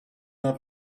not